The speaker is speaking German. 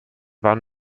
waren